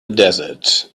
desert